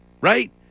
right